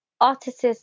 artists